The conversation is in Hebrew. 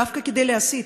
דווקא כדי להסית.